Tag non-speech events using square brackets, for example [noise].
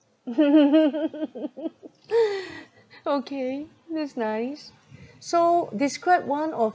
[laughs] okay [laughs] that's nice [laughs] so describe one of